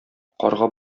карга